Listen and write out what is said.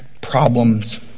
problems